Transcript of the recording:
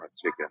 chicken